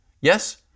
yes